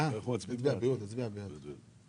הצבעה